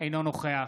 אינו נוכח